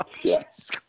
Yes